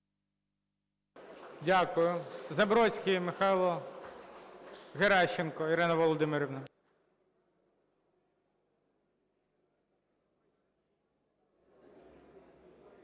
Дякую. Забродський Михайло. Геращенко Ірина Володимирівна.